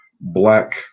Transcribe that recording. Black